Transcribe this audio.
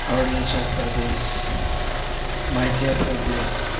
Arunachal Pradesh Madhya Pradesh